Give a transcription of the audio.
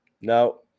No